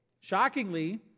shockingly